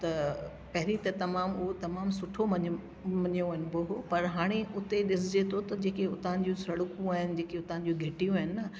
त पहरीं त तमामु उहो तमामु सुठो मञ मञो वञ बो हो पर हाणे उते ॾिसिजे थो त जेके उतां जूं सड़कूं आहिनि उतां जूं घिटियूं आहिनि न